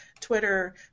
Twitter